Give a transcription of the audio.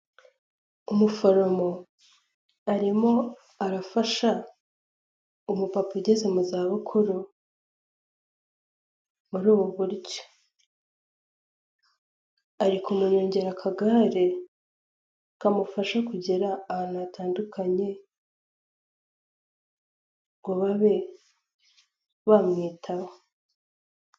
Umuforomo arimo arafasha umupapa ugeze mu zabukuru muri ubu buryo: Ari kumunyongera akagare kamufasha kugera ahantu hatandukanye ngo babe bamwitaba.